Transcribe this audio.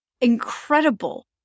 incredible